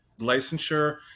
licensure